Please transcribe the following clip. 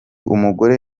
umugore